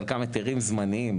חלקם היתרים זמניים.